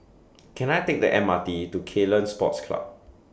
Can I Take The M R T to Ceylon Sports Club